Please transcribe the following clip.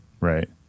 Right